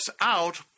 out